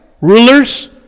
rulers